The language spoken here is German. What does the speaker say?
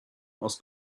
aus